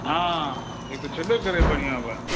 हँ ई तऽ छबे करै बढ़िआँ बात